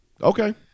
Okay